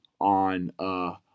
on